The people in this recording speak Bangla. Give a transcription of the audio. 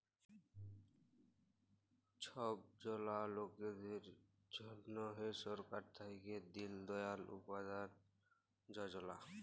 ছব জলা লকদের জ্যনহে সরকার থ্যাইকে দিল দয়াল উপাধ্যায় যজলা